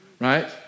Right